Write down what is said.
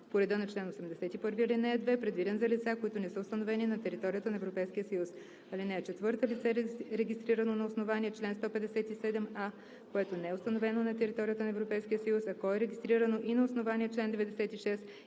по реда на чл. 81, ал. 2, предвиден за лица, които не са установени на територията на Европейския съюз. (4) Лице, регистрирано на основание чл. 157а, което не е установено на територията на Европейския съюз, ако е регистрирано и на основание чл. 96,